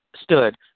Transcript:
stood